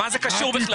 מה זה קשור בכלל?